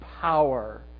power